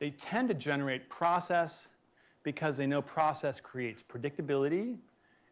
they tend to generate process because they know process creates predictability